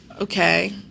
Okay